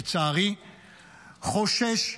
לצערי חושש,